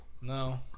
No